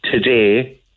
Today